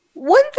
one